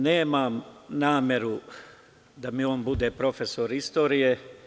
Nemam nameru da mi on bude profesor istorije.